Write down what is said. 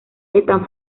están